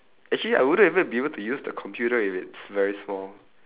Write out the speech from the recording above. actually I wouldn't even be able to use the computer if it's very small